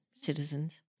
citizens